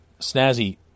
snazzy